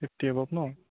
fifty above নহ্